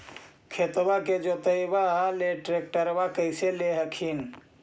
खेतबा के जोतयबा ले ट्रैक्टरबा कैसे ले हखिन?